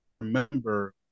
remember